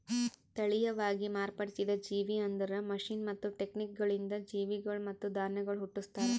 ತಳಿಯವಾಗಿ ಮಾರ್ಪಡಿಸಿದ ಜೇವಿ ಅಂದುರ್ ಮಷೀನ್ ಮತ್ತ ಟೆಕ್ನಿಕಗೊಳಿಂದ್ ಜೀವಿಗೊಳ್ ಮತ್ತ ಧಾನ್ಯಗೊಳ್ ಹುಟ್ಟುಸ್ತಾರ್